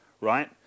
right